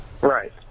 Right